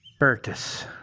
Bertus